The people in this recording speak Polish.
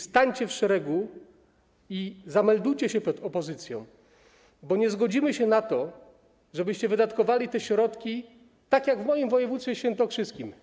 Stańcie w szeregu i zameldujcie się przed opozycją, bo nie zgodzimy się na to, żebyście wydatkowali te środki tak, jak w moim województwie świętokrzyskim.